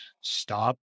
stop